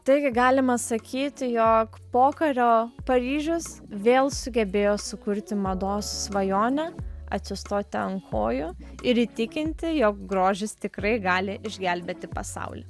taigi galima sakyti jog pokario paryžius vėl sugebėjo sukurti mados svajonę atsistoti ant kojų ir įtikinti jog grožis tikrai gali išgelbėti pasaulį